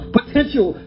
potential